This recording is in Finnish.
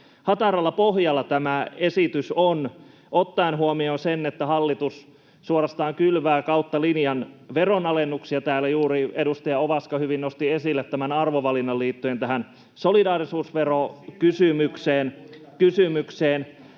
Hataralla pohjalla tämä esitys on ottaen huomioon sen, että hallitus suorastaan kylvää kautta linjan veronalennuksia. Täällä juuri edustaja Ovaska hyvin nosti esille tämän arvovalinnan liittyen tähän solidaarisuusverokysymykseen.